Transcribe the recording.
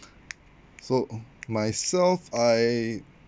so myself I